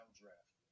draft